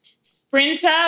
Sprinter